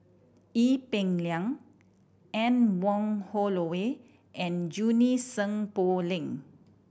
Ee Peng Liang Anne Wong Holloway and Junie Sng Poh Leng